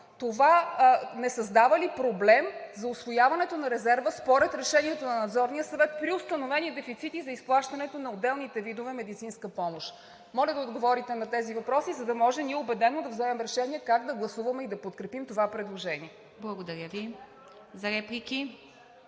Това не създава ли проблем за усвояването на резерва според решението на Надзорния съвет при установени дефицити за изплащането на отделните видове медицинска помощ. Моля да отговорите на тези въпроси, за да може ние убедено да вземем решение как да гласуваме и да подкрепим това предложение. ПРЕДСЕДАТЕЛ ИВА